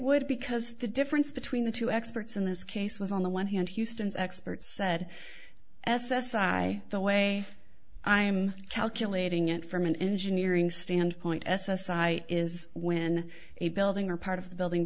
would because the difference between the two experts in this case was on the one hand houston's expert said s s i the way i'm calculating it from an engineering standpoint s s i is when a building or part of the building